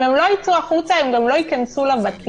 אם הם לא יצאו החוצה הם גם לא ייכנסו לבתים.